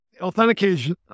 Authentication